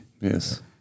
yes